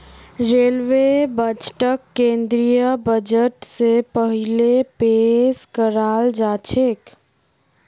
railway बजटक केंद्रीय budget स पहिले पेश कराल जाछेक